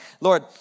Lord